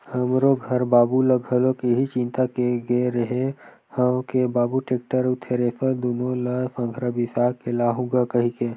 हमरो घर बाबू ल घलोक इहीं चेता के गे रेहे हंव के बाबू टेक्टर अउ थेरेसर दुनो ल संघरा बिसा के लाहूँ गा कहिके